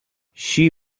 she